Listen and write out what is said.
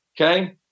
okay